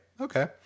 Okay